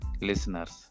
listeners